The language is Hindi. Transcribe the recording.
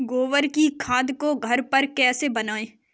गोबर की खाद को घर पर कैसे बनाएँ?